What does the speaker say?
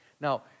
Now